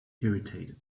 irritated